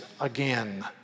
again